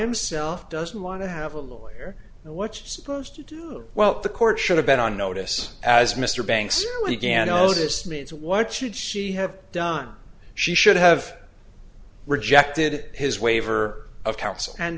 himself doesn't want to have a lawyer and watched supposed to do well the court should have been on notice as mr banks again oh this means what should she have done she should have rejected his waiver of counsel and